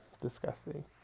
disgusting